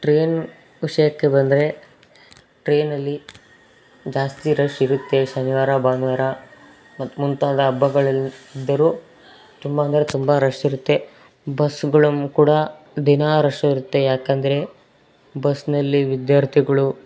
train ವಿಷಯಕ್ಕೆ ಬಂದರೆ ಟ್ರೇನಲ್ಲಿ ಜಾಸ್ತಿ ರಶ್ ಇರುತ್ತೆ ಶನಿವಾರ ಭಾನುವಾರ ಮತ್ತು ಮುಂತಾದ ಹಬ್ಬಗಳ್ ಇದ್ದರೂ ತುಂಬ ಅಂದರೆ ತುಂಬ ರಶ್ ಇರುತ್ತೆ ಬಸ್ಗಳು ಕೂಡ ದಿನಾ ರಶ್ ಇರುತ್ತೆ ಯಾಕಂದರೆ ಬಸ್ನಲ್ಲಿ ವಿದ್ಯಾರ್ಥಿಗಳು